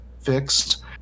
fixed